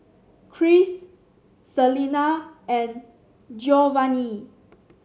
Christ Celena and Giovanny